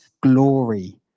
glory